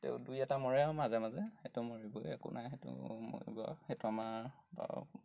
তেওঁ দুই এটা মৰে আৰু মাজে মাজে সেইটো মৰিবই একো নাই সেইটো মৰিব সেইটো আমাৰ বাৰু